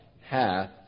hath